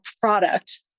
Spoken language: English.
product